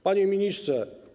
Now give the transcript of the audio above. Panie Ministrze!